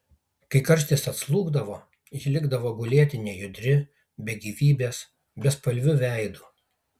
kai karštis atslūgdavo ji likdavo gulėti nejudri be gyvybės bespalviu veidu